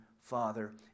Father